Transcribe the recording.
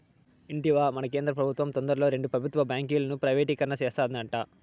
ఇంటివా, మన కేంద్ర పెబుత్వం తొందరలో రెండు పెబుత్వ బాంకీలను ప్రైవేటీకరణ సేస్తాండాది